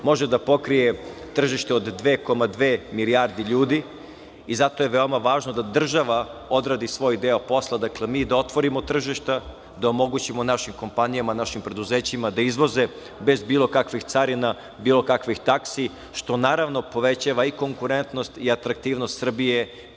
može da pokrije tržište od 2,2 milijarde ljudi i zato je veoma važno da država odradi svoj deo posla. Dakle, mi da otvorimo tržišta, da omogućimo našim kompanijama, našim preduzećima da izvoze bez bilo kakvih carina, bilo kakvih taksi, što povećava konkurentnost i atraktivnost Srbije